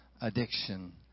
addiction